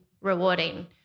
rewarding